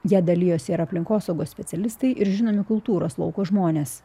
ja dalijosi ir aplinkosaugos specialistai ir žinomi kultūros lauko žmonės